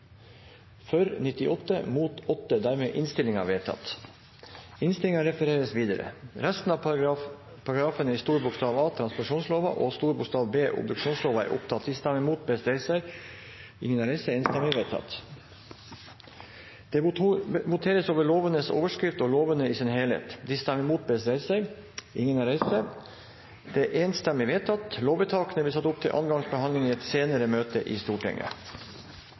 for forslaget. Det voteres så over resten av paragrafene i A og B. Det voteres over lovenes overskrift og lovene i sin helhet. Lovvedtakene vil bli satt opp til andre gangs behandling i et senere møte i Stortinget.